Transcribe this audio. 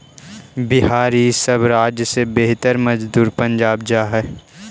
बिहार इ सब राज्य से खेतिहर मजदूर पंजाब जा हई